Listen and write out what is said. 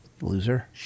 Loser